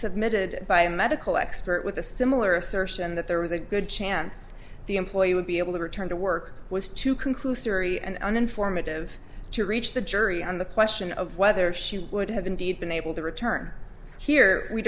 submitted by a medical expert with a similar assertion that there was a good chance the employee would be able to return to work with two conclusory and an informative to reach the jury on the question of whether she would have indeed been able to return here we